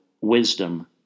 wisdom